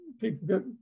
People